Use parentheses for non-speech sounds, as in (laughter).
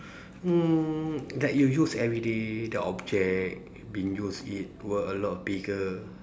(breath) mm that you use everyday the object be used it were a lot bigger